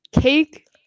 Cake